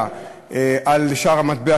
ולהשפיע על שער המטבע,